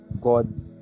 God's